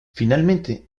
finalmente